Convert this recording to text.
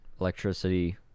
electricity